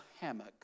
hammock